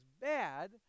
bad